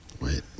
Wait